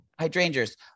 hydrangeas